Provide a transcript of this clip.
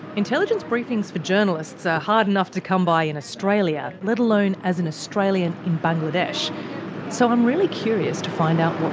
intelligence briefings for journalists are hard enough to come by in australia, let alone as an australian in bangladesh so i'm really curious to find out